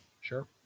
Sure